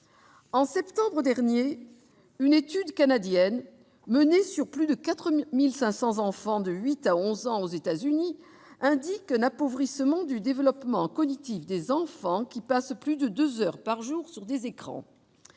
En septembre dernier, une étude canadienne menée sur plus de 4 500 enfants de huit à onze ans aux États-Unis indiquait un appauvrissement du développement cognitif des enfants qui passent plus de deux heures par jour sur des écrans.